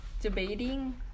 debating